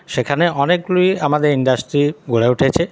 সেখানে অনেকগুলি আমাদের ইন্ডাস্ট্রি গড়ে উঠেছে